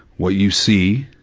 what you see,